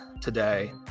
today